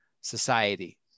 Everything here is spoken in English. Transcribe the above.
society